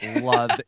love